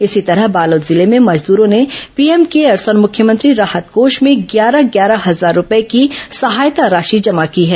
इसी तरह बालोद जिले में मजदूरों ने पीएम केयर्स और मुख्यमंत्री राहत कोष में ग्यारह ग्यारह हजार रूपये की सहायता राशि जमा की है